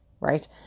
right